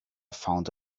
found